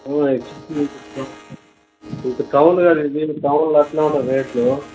ఇది టౌన్ కదా ఇది టౌన్లో అలానే ఉంటాయ రేట్లు